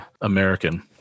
american